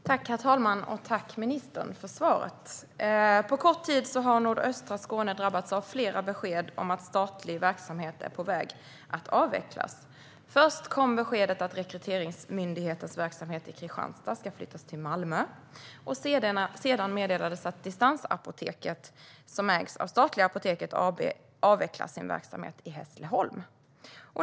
Herr talman! Tack, ministern, för svaret! På kort tid har nordöstra Skåne drabbats av flera besked om att statlig verksamhet är på väg att avvecklas. Först kom beskedet att Rekryteringsmyndighetens verksamhet i Kristianstad ska flyttas till Malmö. Sedan meddelades att Distansapoteket, som ägs av statliga Apoteket AB, ska avveckla sin verksamhet i Hässleholm.